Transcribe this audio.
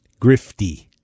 grifty